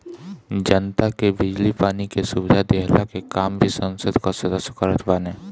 जनता के बिजली पानी के सुविधा देहला के काम भी संसद कअ सदस्य करत बाने